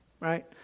Right